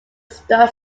stud